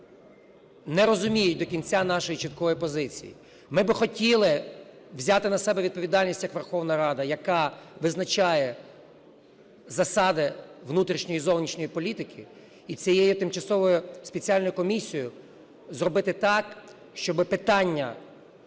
не розуміють до кінця нашої чіткої позиції. Ми б хотіли взяти на себе відповідальність як Верховна Рада, яка визначає засади внутрішньої і зовнішньої політики, і цією Тимчасовою спеціальною комісією зробити так, щоб питання